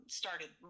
started